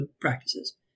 practices